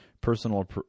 personal